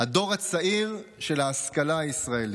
הדור הצעיר של ההשכלה הישראלית.